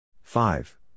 Five